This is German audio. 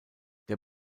der